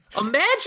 Imagine